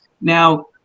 Now